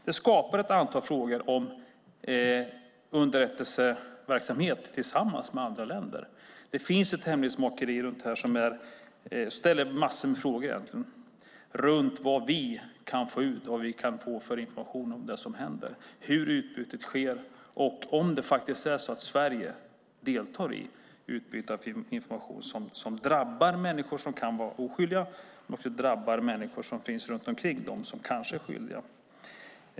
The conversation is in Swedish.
Det framkallar ett antal frågor om underrättelseverksamhet tillsammans med andra länder. Det finns ett hemlighetsmakeri kring detta som reser en massa frågor om vad vi kan få ut, vilken information vi kan få om det som händer och hur utbytet sker samt om det faktiskt är så att Sverige deltar i utbyte av information som drabbar människor som kan vara oskyldiga och som drabbar människor som finns runt omkring dem som kanske är skyldiga.